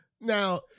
Now